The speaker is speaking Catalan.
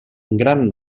gran